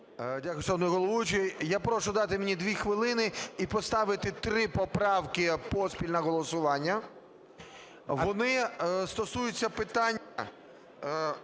Дякую, шановний головуючий. Я прошу дати мені дві хвилини і поставити три поправки поспіль на голосування. Вони стосуються питання